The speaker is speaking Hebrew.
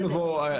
נכון.